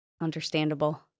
Understandable